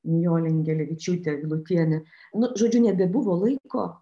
nijolė ingelevičiūte vilutienė nu žodžiu nebebuvo laiko